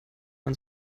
ans